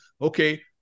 Okay